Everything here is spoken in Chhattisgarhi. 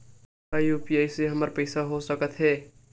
का यू.पी.आई से हमर पईसा हो सकत हे?